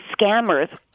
scammers